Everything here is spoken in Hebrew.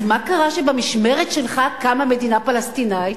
אז מה קרה שבמשמרת שלך קמה מדינה פלסטינית?